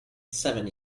seven